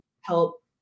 help